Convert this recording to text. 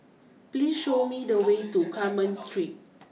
please show me the way to Carmen Street